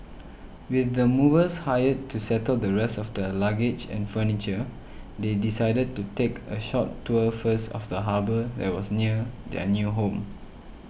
with the movers hired to settle the rest of their luggage and furniture they decided to take a short tour first of the harbour that was near their new home